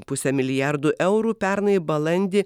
puse milijardų eurų pernai balandį